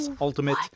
Ultimate